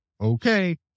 okay